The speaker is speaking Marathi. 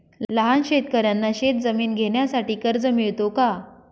लहान शेतकऱ्यांना शेतजमीन घेण्यासाठी कर्ज मिळतो का?